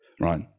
right